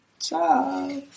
Ciao